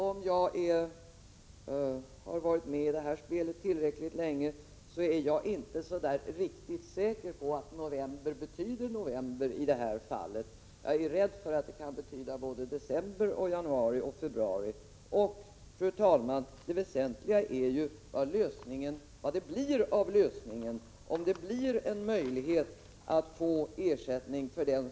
Men jag har varit med i det här spelet tillräckligt länge för att kunna säga att jag inte är riktigt säker på att ”november” i det här fallet betyder november. Jag är rädd att ”november” kan betyda såväl december som januari och februari. Fru talman! Det väsentliga är ju vad lösningen kommer att innebära — dvs. om den som vinner i sådana här mål får möjlighet till ersättning eller inte.